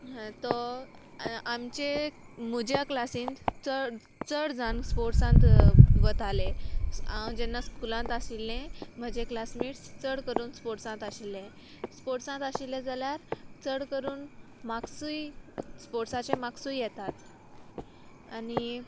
तो आमचे म्हज्या क्लासींत चड चड जावन स्पोर्ट्सांत वताले हांव जेन्ना स्कुलांत आशिल्लें म्हजे क्लासमेट्स चड करून स्पोर्ट्सांत आशिल्ले स्पोर्ट्सांत आशिल्ले जाल्यार चड करून माक्सूय स्पोर्टसाचे माक्सूय येतात आनी